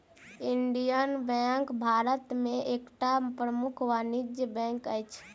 Indian Bank Bharat में एकटा प्रमुख वाणिज्य बैंक अछि